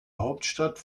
hauptstadt